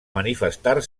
manifestar